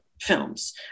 films